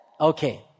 Okay